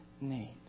need